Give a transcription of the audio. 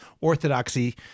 orthodoxy